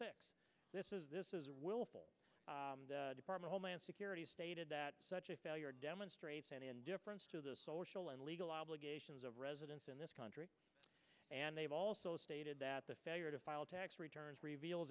six this is this is willful department homeland security stated that such a failure demonstrates an indifference to the social and legal obligations of residents in this country and they've also stated that the failure to file tax returns reveal